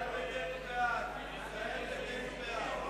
להסיר מסדר-היום